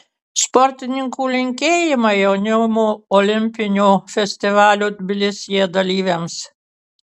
sportininkų linkėjimai jaunimo olimpinio festivalio tbilisyje dalyviams